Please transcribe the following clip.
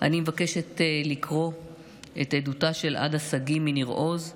אני מבקשת לקרוא את עדותה של עדה שגיא מניר עוז,